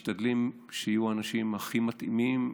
משתדלים שיהיו האנשים הכי מתאימים,